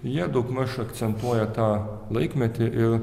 jie daugmaž akcentuoja tą laikmetį ir